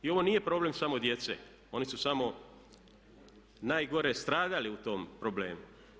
I ovo nije problem samo djece, oni su samo najgore stradali u tom problemu.